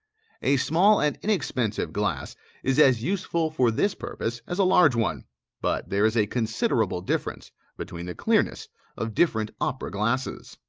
a small and inexpensive glass is as useful for this purpose as a large one but there is a considerable difference between the clearness of different opera-glasses.